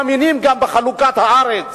מאמינים גם בחלוקת הארץ,